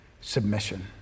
submission